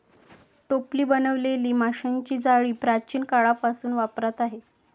टोपली बनवलेली माशांची जाळी प्राचीन काळापासून वापरात आहे